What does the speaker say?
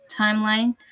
timeline